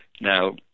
Now